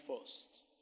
first